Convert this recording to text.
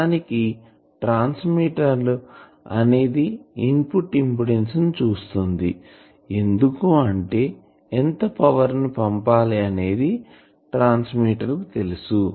నిజానికి ట్రాన్స్మిటర్ అనేది input impedance ని చూస్తుంది ఎందుకు అంటే ఎంత పవర్ ని పంపాలి అనేది ట్రాన్స్మిటర్ కి తెలుసు